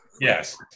Yes